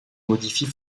modifie